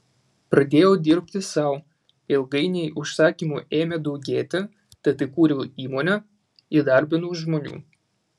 pradėjau dirbti sau ilgainiui užsakymų ėmė daugėti tad įkūriau įmonę įdarbinau žmonių